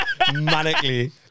manically